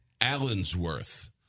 Allensworth